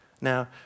Now